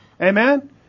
Amen